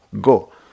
go